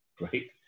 right